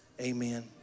amen